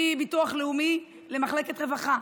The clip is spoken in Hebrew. מביטוח לאומי למחלקת רווחה,